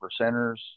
percenters